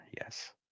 Yes